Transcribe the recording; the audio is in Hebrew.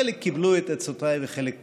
חלק קיבלו את עצותיי וחלק פחות.